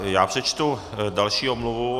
Já přečtu další omluvu.